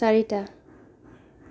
চাৰিটা